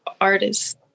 artists